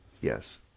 Yes